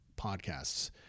podcasts